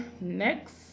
next